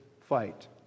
fight